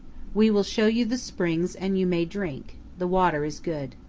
we will show you the springs and you may drink the water is good.